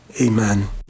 Amen